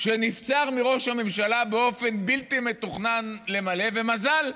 שנבצר מראש הממשלה באופן בלתי מתוכנן למלא, ומזל,